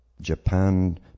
Japan